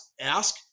ask